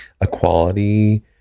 equality